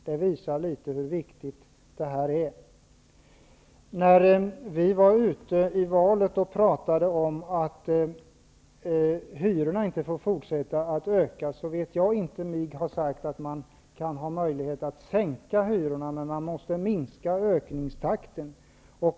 Detta visar i alla fall något hur viktigt det här är. I valrörelsen sade vi att hyrorna inte får fortsätta att öka. Men jag vet inte med mig att jag har sagt att det kan vara möjligt att sänka hyrorna. I varje fall måste man minska ökningstakten.